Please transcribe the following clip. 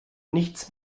nichts